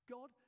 God